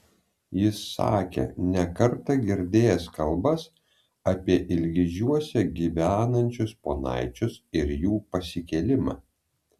jis sakė ne kartą girdėjęs kalbas apie ilgižiuose gyvenančius ponaičius ir jų pasikėlimą